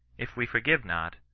if we forgive not,